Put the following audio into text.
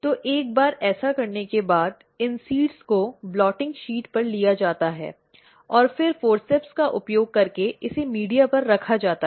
तो एक बार ऐसा करने के बाद इन बीजों को ब्लोटिंग शीट पर लिया जाता है और फिर फॉःसेप्स का उपयोग करके इसे मीडिया पर रखा जाता है